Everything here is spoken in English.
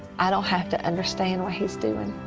i don't have to understand what he is doing.